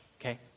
okay